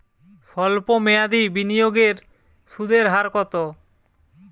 সল্প মেয়াদি বিনিয়োগের সুদের হার কত?